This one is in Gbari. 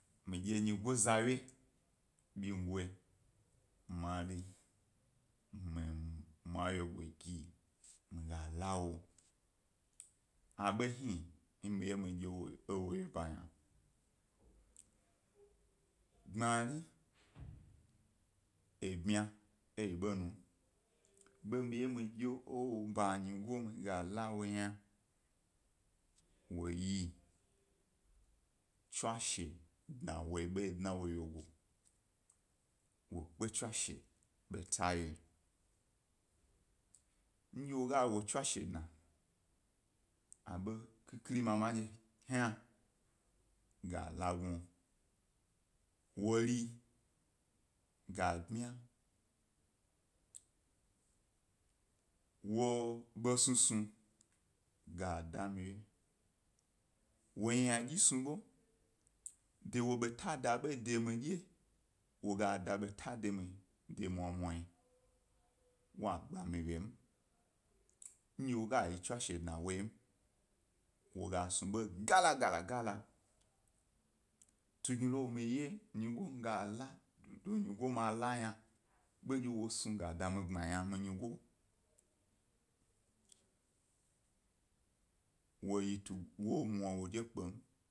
Mi dye nyigo za wye, binyigo mari ma wye gugi, mi ga la wo ba hni, mi ye mi dye ewo wye ba yna. Gbmari, ebyma eyi eḃo num, mi ye midye wo ba mi ga lawo yna woyi tswashe dnawo ḃayi, dna wg wyego, wo kpe tswashe beta ye, ndye wo ga wo tswashe dna abo khikhiri mama ndye ḃa hna, ga la gnu, wo ri gabmua wo, basuasnu ga da mi wye, wo ynadyi snu ḃo de wo beta da ḃoyi, de midye de mwawmwayi wo gba mi wyim, tso ndye wo ga yi tsiwashe dnawoyim wo gas nu ḃo gala gala gala, tungni lo mi ye nyigo mi ga la, do do myigo ma ba yna, bon dye wo shuga da mi gbama yna, woto wo mwa wodye kpem.